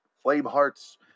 Flameheart's